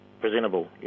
presentable